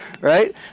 right